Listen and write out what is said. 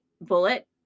bullet